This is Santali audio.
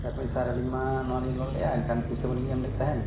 ᱢᱮᱛᱟ ᱠᱚ ᱠᱟᱹᱱᱟᱹᱧ ᱥᱟᱨ ᱟᱹᱞᱤᱧᱢᱟ ᱱᱚᱣᱟ ᱞᱤᱧ ᱞᱳᱱ ᱞᱮᱜᱼᱟ ᱮᱱᱠᱷᱟᱱ ᱯᱚᱭᱥᱟ ᱢᱟᱹᱞᱤᱧ ᱮᱢ ᱞᱮᱫ ᱛᱟᱦᱮᱱ